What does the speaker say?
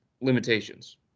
limitations